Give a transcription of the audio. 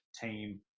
team